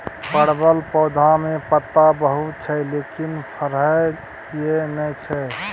परवल पौधा में पत्ता बहुत छै लेकिन फरय किये नय छै?